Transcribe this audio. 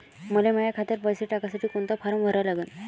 मले माह्या खात्यात पैसे टाकासाठी कोंता फारम भरा लागन?